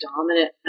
dominant